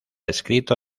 escrito